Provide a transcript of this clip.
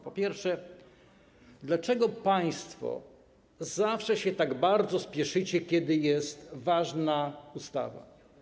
Po pierwsze, dlaczego państwo zawsze się tak bardzo spieszycie, kiedy jest ważna ustawa?